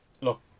Look